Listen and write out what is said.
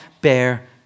bear